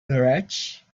garage